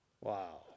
Wow